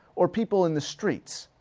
or people in the streets,